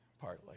partly